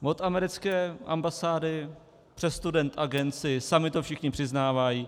Od americké ambasády přes Student Agency, sami to všichni přiznávají.